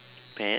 pets